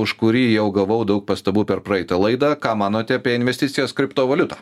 už kurį jau gavau daug pastabų per praeitą laidą ką manote apie investicijas kriptovaliutą